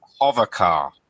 Hovercar